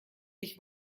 ich